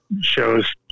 shows